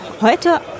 heute